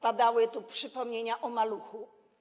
Padały tu przypomnienia o „Maluchu”